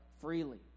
freely